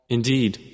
Indeed